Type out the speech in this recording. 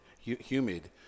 humid